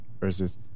versus